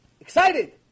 excited